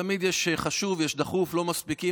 תמיד יש חשוב, יש דחוף, לא מספיקים.